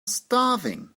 starving